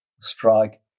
strike